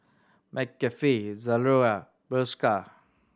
McCafe Zalora Bershka